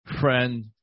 friend